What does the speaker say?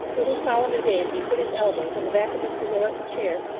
little solomon daisy put his elbows on the back of mr willet's chair,